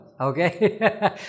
Okay